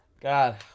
God